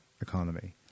economy